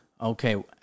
Okay